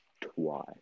twice